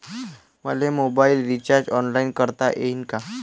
मले mobile recharge online करता येईन का?